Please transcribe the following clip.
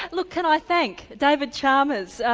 look, can i thank david chalmers,